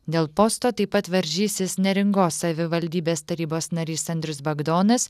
dėl posto taip pat varžysis neringos savivaldybės tarybos narys andrius bagdonas